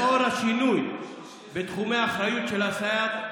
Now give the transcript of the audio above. לאור השינוי בתחומי האחריות של הסייעת,